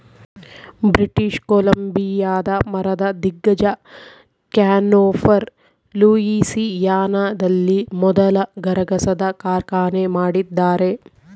British ಕೊಲಂಬಿಯಾದ ಮರದ ದಿಗ್ಗಜ ಕ್ಯಾನ್ಫೋರ್ ಲೂಯಿಸಿಯಾನದಲ್ಲಿ ಮೊದಲ ಗರಗಸದ ಕಾರ್ಖಾನೆ ಮಾಡಿದ್ದಾರೆ